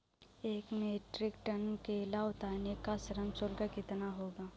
एक metric ton केला उतारने का श्रम शुल्क कितना होगा?